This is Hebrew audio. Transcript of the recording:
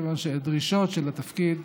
מכיוון שהדרישות של התפקיד,